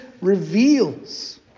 reveals